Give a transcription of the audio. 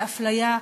באפליה,